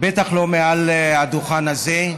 בטח לא מעל הדוכן הזה,